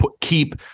keep